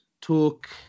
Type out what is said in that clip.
took